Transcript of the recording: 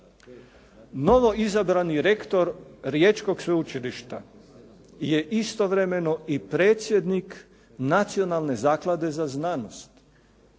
Novoizabrani rektor riječkog Sveučilišta je istovremeno i predsjednik Nacionalne zaklade za znanost